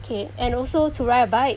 K and also to ride a bike